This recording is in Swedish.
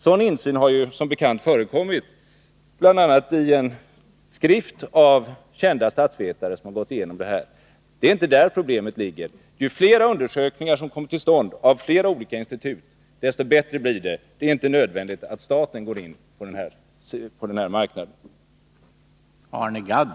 Sådan insyn har ju som bekant förekommit bl.a. i en skrift av kända statsvetare. Det är inte där problemet ligger. Ju flera undersökningar som kommer till stånd av flera olika institut, desto bättre blir resultatet. Men det är inte nödvändigt att staten är verksam på denna marknad.